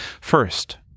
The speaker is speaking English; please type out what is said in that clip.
First